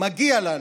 מגיע לנו.